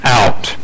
out